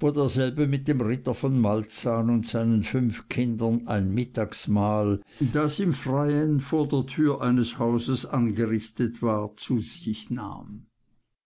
wo derselbe mit dem ritter von malzahn und seinen fünf kindern ein mittagsmahl das im freien vor der tür eines hauses angerichtet war zu sich nahm